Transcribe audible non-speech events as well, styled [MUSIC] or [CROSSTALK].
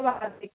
[UNINTELLIGIBLE]